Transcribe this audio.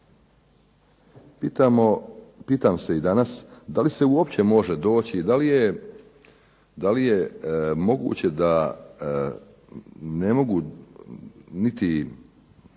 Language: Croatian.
Pitam se i danas, da li se uopće može doći, da li je moguće da ne mogu niti